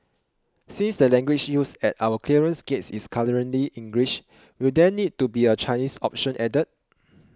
since the language used at our clearance gates is currently English will there need to be a Chinese option added